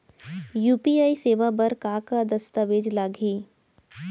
UPI सेवा बर का का दस्तावेज लागही?